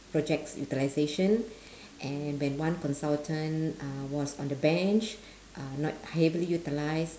project's utilisation and when one consultant uh was on the bench uh not heavily utilised